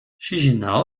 chișinău